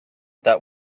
that